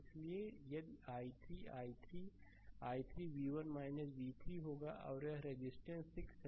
इसलिए यदि i3 i3 i3 v1 v3 होगा और यह रजिस्टेंस 6 है